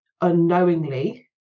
unknowingly